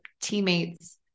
teammates